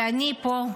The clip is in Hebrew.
ואני פה,